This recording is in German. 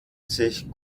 sich